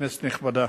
כנסת נכבדה,